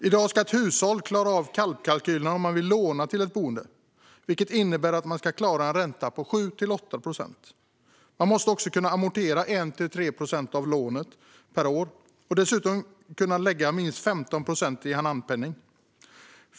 I dag ska ett hushåll klara av KALP-kalkylerna om man vill låna till ett boende, vilket innebär att man ska klara en ränta på 7-8 procent. Man måste också kunna amortera 1-3 procent av lånet per år och dessutom kunna lägga minst 15 procent i handpenning.